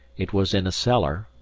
it was in a cellar,